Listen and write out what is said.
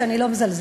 ואני לא מזלזלת,